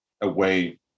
away